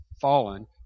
fallen